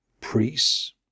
priests